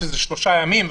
שזה שלושה ימים,